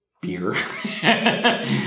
beer